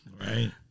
right